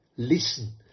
Listen